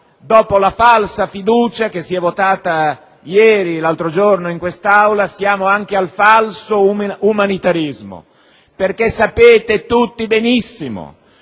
dopo la falsa fiducia che si è votata l'altro giorno in questa Aula, siamo arrivati al falso umanitarismo. Sapete tutti benissimo